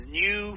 new